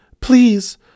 please